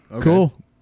cool